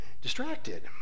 distracted